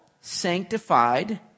sanctified